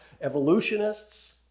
evolutionists